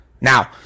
Now